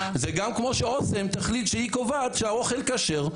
זה גם כמו שאוסם תחליט שהיא קובעת שהאוכל כשר.